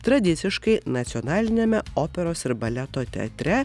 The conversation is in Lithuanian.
tradiciškai nacionaliniame operos ir baleto teatre